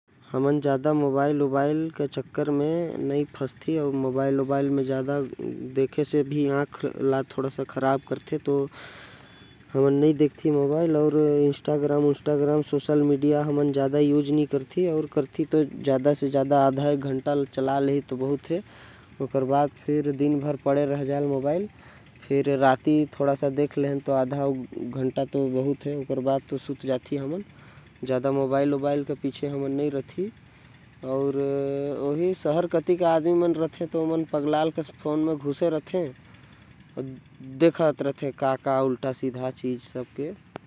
हमन ज्यादा फोन नही चलाथी। काबर की एकर से समय खराब होथे। हमन चलाथी तो शाम के आधा घंटा सोशल मीडिया चलाथी। अउ सुते से पहिले आधा घंटा फोन चला लेथि। हमन ल उतना समय भी नही मिलथे। की हमन सोशल मीडिया चलाब।